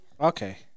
Okay